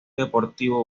deportivo